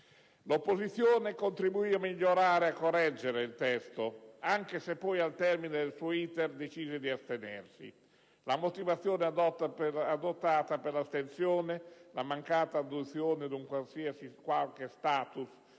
L'opposizione contribuì a migliorare e correggere il testo, anche se poi, al termine del suo *iter*, decise di astenersi. La motivazione addotta per l'astensione, «la mancata adozione di un qualche *status*